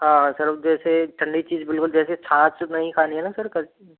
हाँ सर जैसे ठंडी चीज बिल्कुल जैसे छाछ नहीं खानी है न सर